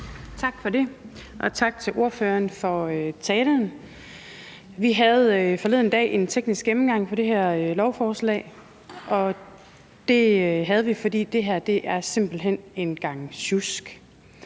Tak for det, og tak til ordføreren for talen. Vi havde forleden dag en teknisk gennemgang af det her lovforslag, og det havde vi, fordi det her simpelt hen er en gang sjusk.